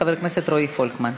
חבר הכנסת רועי פולקמן.